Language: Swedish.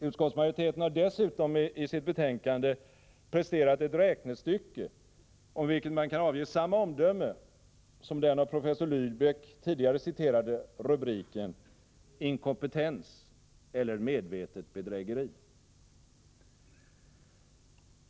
Utskottsmajoriteten har dessutom i sitt betänkande presterat ett räknestycke, om vilket man kan avge samma omdöme som den av professor Lybeck tidigare citerade rubriken ”Inkompetens eller medvetet bedrägeri?” .